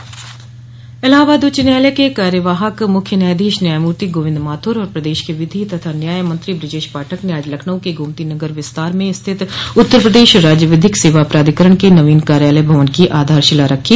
इलाहाबाद उच्च न्यायालय के कार्यवाहक मुख्य न्यायाधीश न्यायमूर्ति गोविन्द माथुर और प्रदेश के विधि तथा न्याय मंत्री बृजेश पाठक ने आज लखनऊ के गोमतीनगर विस्तार में स्थित उत्तर प्रदेश राज्य विधिक सेवा प्राधिकरण के नवीन कार्यालय भवन की आधारशिला रखी